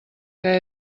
que